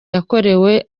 yakorewe